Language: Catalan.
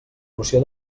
noció